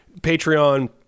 Patreon